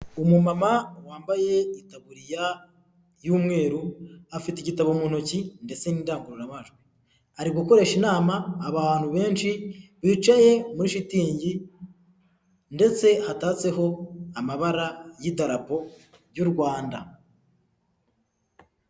Umumama wambaye itaburiya y'umweru, afite igitabo mu ntoki ndetse n'indangururamajwi. Ari gukoresha inama abantu benshi bicaye muri shitingi ndetse hatatseho amabara y'idarapo ry'u Rwanda.